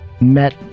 met